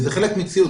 וזה חלק מציוד,